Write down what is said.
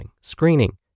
screening